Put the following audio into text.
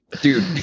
Dude